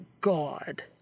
god